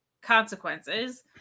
consequences